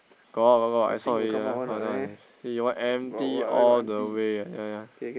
got got got I saw already see !wah! empty all the way ya ya